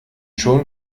schon